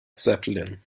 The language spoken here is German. zeppelin